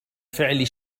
فعل